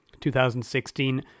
2016